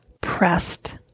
pressed